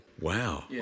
wow